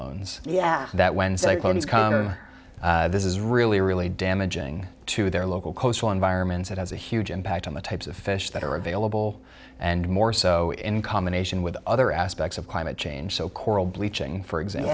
clones yeah that wednesday this is really really damaging to their local coastal environments it has a huge impact on the types of fish that are available and more so in combination with other aspects of climate change so coral bleaching for example